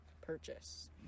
purchase